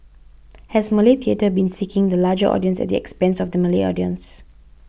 has Malay theatre been seeking the larger audience at the expense of the Malay audience